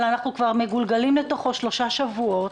אבל אנחנו כבר מגולגלים בתוכו שלושה שבועות.